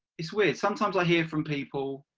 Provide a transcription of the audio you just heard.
it's weird. sometimes i hear from people,